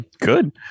good